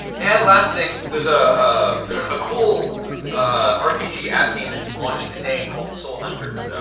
and last thing! there's a um ah cool rpg app game that launched today called soul hunters,